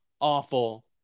Awful